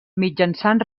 mitjançant